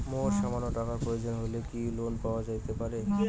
মোর সামান্য টাকার প্রয়োজন হইলে কি লোন পাইতে পারি?